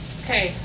okay